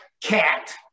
Cat